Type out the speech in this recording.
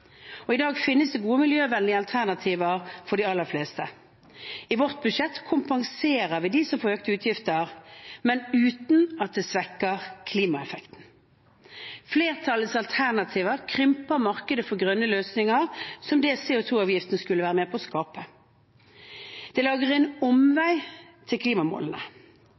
I dag finnes det gode miljøvennlige alternativer for de aller fleste. I vårt budsjett kompenserer vi dem som får økte utgifter, men uten at det svekker klimaeffekten. Flertallets alternativer krymper markedet for grønne løsninger som CO 2 -avgiften skulle være med på å skape. Det lager en omvei til klimamålene.